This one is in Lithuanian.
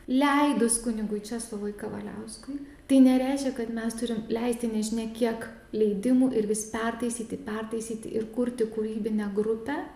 leidus kunigui česlovui kavaliauskui tai nereiškia kad mes turim leisti nežinia kiek leidimų ir vis pertaisyti pertaisyti ir kurti kūrybinę grupę